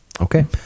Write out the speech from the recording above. Okay